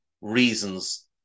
reasons